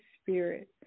Spirit